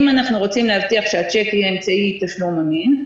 אם אנחנו רוצים להבטיח שהצ'ק יהיה אמצעי תשלום אמין,